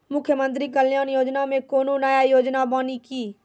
मुख्यमंत्री कल्याण योजना मे कोनो नया योजना बानी की?